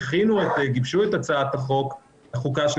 גיבשו את הצעת החוקה של